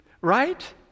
Right